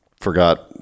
forgot